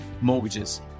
Mortgages